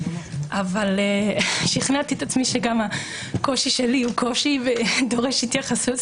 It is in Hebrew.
אבל שכנעתי את עצמי שגם הקושי שלי הוא קושי ודורש התייחסות.